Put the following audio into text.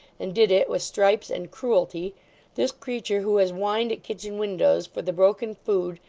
and did it, with stripes and cruelty this creature, who has whined at kitchen windows for the broken food,